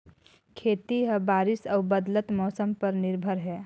खेती ह बारिश अऊ बदलत मौसम पर निर्भर हे